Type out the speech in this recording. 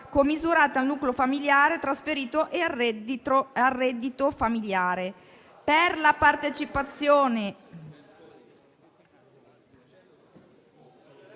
commisurate al nucleo familiare trasferito e al reddito familiare.